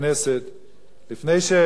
לפני שאפתח בדברי,